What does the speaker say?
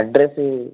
address